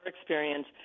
experience